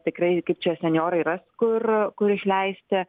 tikrai kaip čia senjorai ras kur kur išleisti